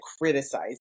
criticize